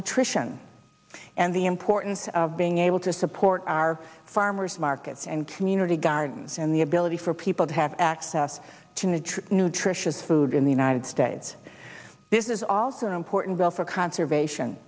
nutrition and the importance of being able to support our farmers markets and community gardens and the ability for people to have access to true nutritious food in the united states this is also an important bill for conservation